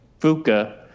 Fuka